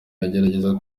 yagerageza